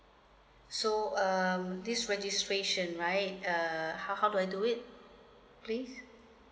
so um this registration right err how how do I do it please